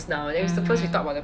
mmhmm